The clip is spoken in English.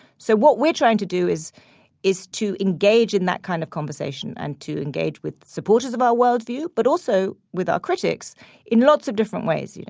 so what we're trying to do is is to engage in that kind of conversation and to engage with supporters of our worldview. but also with our critics in lots of different ways, you know,